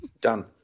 Done